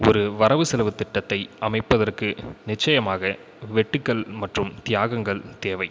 ஒரு வரவு செலவு திட்டத்தை அமைப்பதற்கு நிச்சயமாக வெட்டுக்கள் மற்றும் தியாகங்கள் தேவை